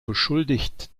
beschuldigt